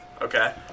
Okay